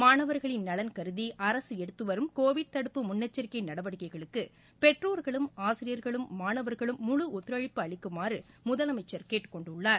மாணவர்களின் நலன் கருதி அரசு எடுத்து வரும் கோவிட் தடுப்பு முன்னெச்சிக்கை நடவடிக்கைகளுக்கு பெற்றோர்களும் ஆசிரியர்களும் மாணவர்களும் முழு ஒத்துழைப்பு அளிக்குமாறு முதலமைச்சர் கேட்டுக் கொண்டுள்ளார்